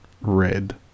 red